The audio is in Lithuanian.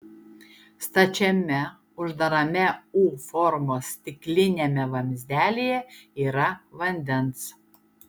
stačiame uždarame u formos stikliniame vamzdelyje yra vandens